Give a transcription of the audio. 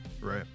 Right